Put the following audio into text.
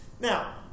Now